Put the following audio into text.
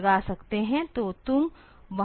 तो हम ORG 30 hex लगा सकते हैं